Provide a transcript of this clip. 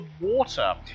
water